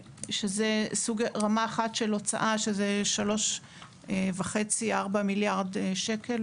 שזה רמה אחת של סדר גודל הוצאה של 3.5 עד 4 מיליארד שקל.